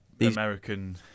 american